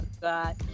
God